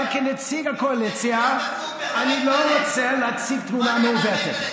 אבל כנציג הקואליציה אני לא רוצה להציג תמונה מעוותת.